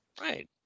right